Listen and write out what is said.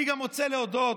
אני גם רוצה להודות